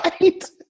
Right